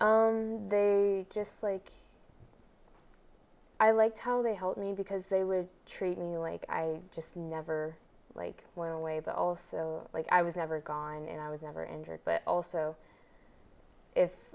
they just like i like how they helped me because they would treat me like i just never like went away but also like i was never gone and i was never injured but also